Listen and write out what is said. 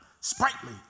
sprightly